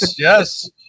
yes